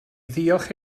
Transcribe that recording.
ddiolch